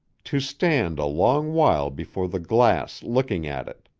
to stand a long while before the glass looking at it.